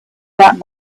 that